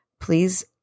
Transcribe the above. please